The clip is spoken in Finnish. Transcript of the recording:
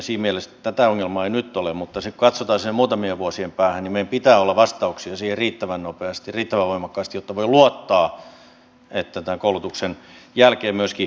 siinä mielessä tätä ongelmaa ei nyt ole mutta kun katsotaan sinne muutamien vuosien päähän niin meillä pitää olla vastauksia siihen riittävän nopeasti riittävän voimakkaasti jotta voi luottaa että tämän koulutuksen jälkeen myöskin työllistyy